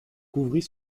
couvrit